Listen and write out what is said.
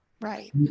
Right